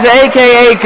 aka